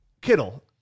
Kittle